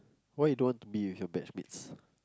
why you don't want to be with your batch mates